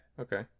Okay